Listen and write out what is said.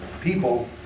people